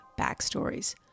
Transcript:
backstories